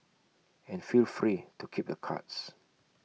and feel free to keep the cards